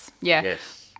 Yes